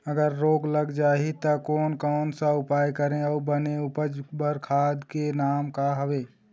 अगर रोग लग जाही ता कोन कौन सा उपाय करें अउ बने उपज बार खाद के नाम का हवे?